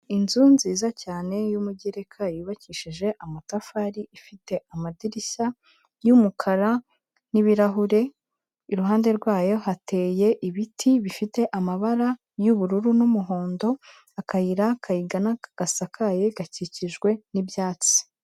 Inzu nziza cyane y'umugereka yubakishije amatafari ifite amadirishya, y'umukara, n'ibirahure, iruhande rwayo hateye ibiti bifite amabara y'ubururu, n'umuhondo, akayira kayigana gasakaye gakikijwe n'ibyatsi.